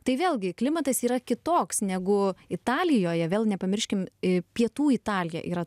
tai vėlgi klimatas yra kitoks negu italijoje vėl nepamirškim pietų italija yra